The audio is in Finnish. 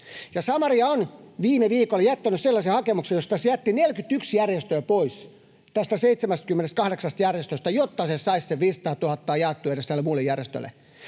Samaria on viime viikolla jättänyt sellaisen hakemuksen, josta se jätti 41 järjestöä pois tästä 78 järjestöstä, jotta se saisi sen 500 000 jaettua edes näille muille järjestöille.